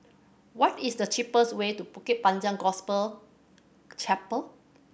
what is the cheapest way to Bukit Panjang Gospel Chapel